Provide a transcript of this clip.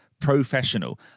professional